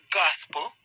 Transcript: gospel